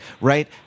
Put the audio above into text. right